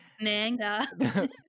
Manga